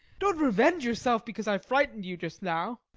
don't revenge yourself because i frightened you just now.